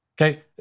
Okay